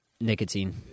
nicotine